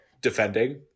defending